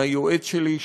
היועץ שלי,